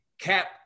cap